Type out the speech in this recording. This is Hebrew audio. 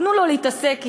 תנו לו להתעסק אתה,